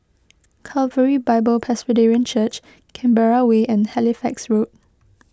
Calvary Bible Presbyterian Church Canberra Way and Halifax Road